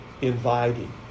inviting